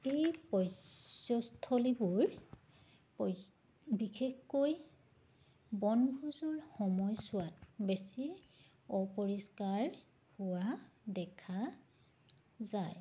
এই পৰ্যস্থলীবোৰ বিশেষকৈ বনভোজৰ সময়ছোৱাত বেছি অপৰিস্কাৰ হোৱা দেখা যায়